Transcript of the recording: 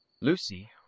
Lucy